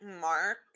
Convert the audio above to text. mark